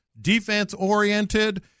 defense-oriented